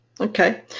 Okay